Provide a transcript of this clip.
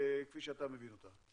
כפי שאתה מבין אותה?